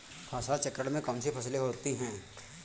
फसल चक्रण में कौन कौन सी फसलें होती हैं?